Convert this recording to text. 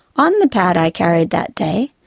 on the pad i carried that day,